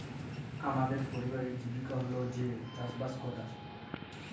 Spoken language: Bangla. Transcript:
হামদের পরিবারের জীবিকা হল্য যাঁইয়ে চাসবাস করা